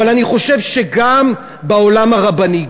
אבל אני חושב שגם בעולם הרבני,